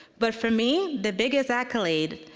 but for me, the biggest accolade